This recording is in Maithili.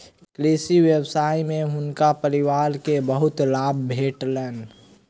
कृषि व्यवसाय में हुनकर परिवार के बहुत लाभ भेटलैन